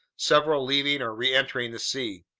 several leaving or reentering the sea.